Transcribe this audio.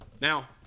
Now